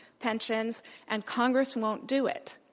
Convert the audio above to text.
pensions and congress won't do it.